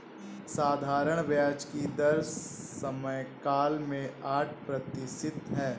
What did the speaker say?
साधारण ब्याज की दर समयकाल में आठ प्रतिशत है